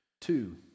Two